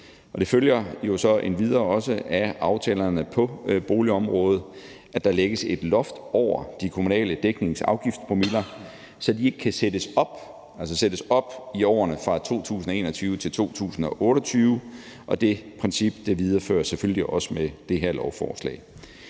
Det følger så endvidere også af aftalerne på boligområdet, at der lægges et loft over de kommunale dækningsafgiftpromiller, så de ikke kan sættes op i årene fra 2021 til 2028, og det princip videreføres selvfølgelig også med det her lovforslag.